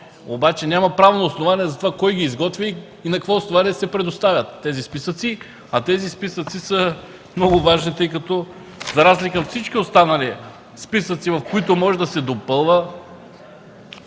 обаче няма правно основание за това кой ги изготвя и на какво основание се предоставят те. Тези списъци са много важни, защото, за разлика от всички останали, в които може да се допълва,